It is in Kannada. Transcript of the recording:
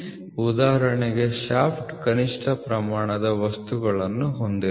ಉದಾಹರಣೆಗೆ ಶಾಫ್ಟ್ ಕನಿಷ್ಠ ಪ್ರಮಾಣದ ವಸ್ತುಗಳನ್ನು ಹೊಂದಿರುತ್ತದೆ